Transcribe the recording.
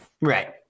Right